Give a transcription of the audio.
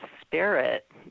spirit